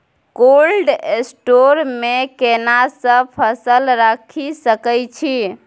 Cold store मे केना सब फसल रखि सकय छी?